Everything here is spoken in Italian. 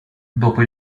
dopo